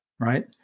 right